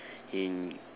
in